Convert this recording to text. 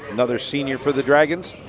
another senior for the dragons.